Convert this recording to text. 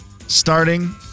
Starting